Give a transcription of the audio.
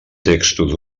textos